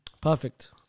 Perfect